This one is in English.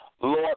Lord